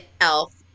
elf